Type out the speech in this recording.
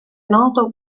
noto